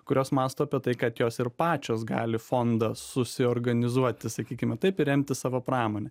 kurios mąsto apie tai kad jos ir pačios gali fondą susiorganizuoti sakykime taip ir remti savo pramonę